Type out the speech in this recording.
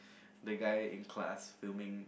the guy in class filming